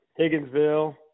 Higginsville